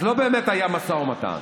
אז לא באמת היה משא ומתן,